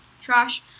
trash